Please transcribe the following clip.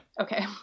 Okay